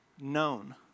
known